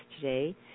today